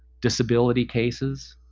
disability cases,